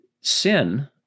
sin